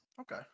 Okay